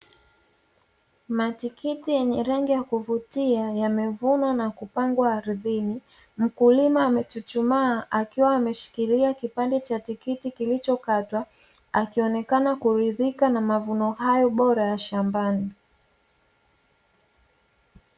Matikiti yenye rangi ya kuvutia yamevunwa na kupangwa ardhini, mkulima amechuchumaa akiwa ameshikilia kipande cha tikiti kilichokatwa akionekana kuridhika na mavuno hayo bora ya shambani.